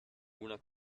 una